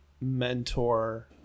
mentor